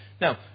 Now